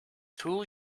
tool